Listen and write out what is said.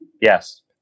Yes